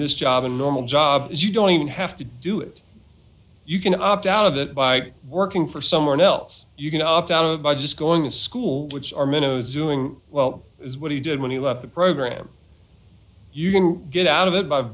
this job and normal job is you don't even have to do it you can opt out of it by working for someone else you can opt out of by just going to school which are minnows doing well is what he did when he left the program you can get out of it by